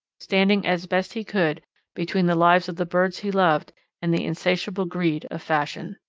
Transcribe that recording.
standing as best he could between the lives of the birds he loved and the insatiable greed of fashion.